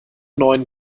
neun